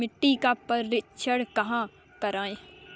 मिट्टी का परीक्षण कहाँ करवाएँ?